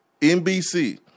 NBC